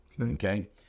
Okay